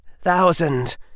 thousand